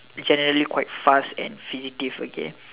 generally quite fast and fidgety okay